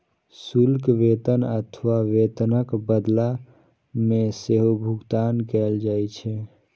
शुल्क वेतन अथवा वेतनक बदला मे सेहो भुगतान कैल जाइ छै